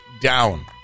down